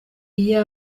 iyo